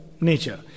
nature